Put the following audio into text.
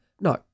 No